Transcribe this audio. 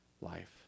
life